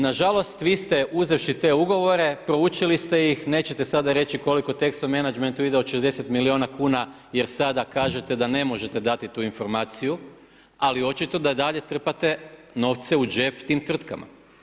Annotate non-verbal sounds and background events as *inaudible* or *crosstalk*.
Nažalost vi ste uzevši te ugovore, proučili ste ih, nećete sada reći koliko Texo Managment … *unintelligible* 60 milijuna kuna jer sada kažete da ne možete dati tu informaciju ali očito da dalje trpate novce u džep tim tvrtkama.